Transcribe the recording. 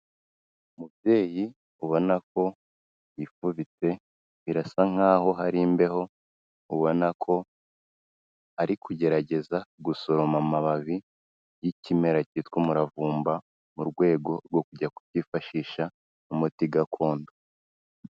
Umubyeyi ubona ko yifubitse birasa nkaho hari imbeho ubona ko ari kugerageza gusoroma amababi y'ikimera cyitwa umuravumba mu rwego rwo kujya kubyifashisha umuti gakondo.